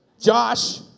Josh